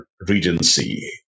regency